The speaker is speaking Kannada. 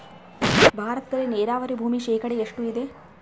ಭಾರತದಲ್ಲಿ ನೇರಾವರಿ ಭೂಮಿ ಶೇಕಡ ಎಷ್ಟು ಇದೆ?